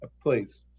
please